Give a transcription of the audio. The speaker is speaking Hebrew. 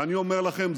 ואני אומר לכם,